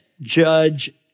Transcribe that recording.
judge